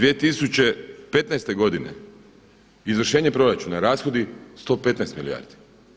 2015. godine izvršenje proračuna, rashodi 115 milijardi.